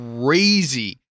crazy